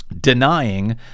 denying